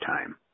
time